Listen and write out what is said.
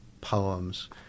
poems